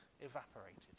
evaporated